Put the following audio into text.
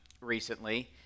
recently